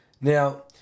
Now